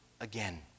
again